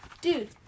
Dude